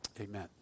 Amen